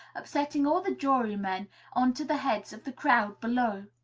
upsetting all the jurymen on to the heads of the crowd below.